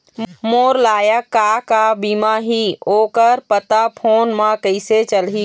मोर लायक का का बीमा ही ओ कर पता फ़ोन म कइसे चलही?